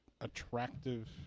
attractive